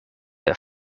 der